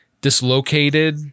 dislocated